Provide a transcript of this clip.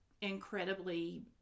incredibly